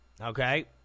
Okay